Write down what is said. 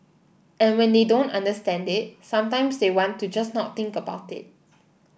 and when they don't understand it sometimes they want to just not think about it